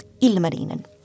Ilmarinen